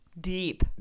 Deep